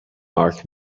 mark